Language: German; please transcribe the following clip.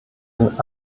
den